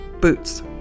boots